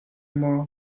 maw